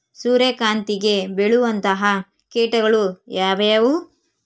ಸೂರ್ಯಕಾಂತಿಗೆ ಬೇಳುವಂತಹ ಕೇಟಗಳು ಯಾವ್ಯಾವು?